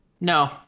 No